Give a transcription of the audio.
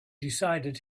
decided